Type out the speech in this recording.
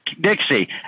Dixie